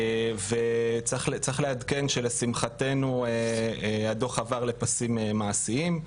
צריך לעדכן שלשמחתנו הדוח עבר לפסים מעשיים.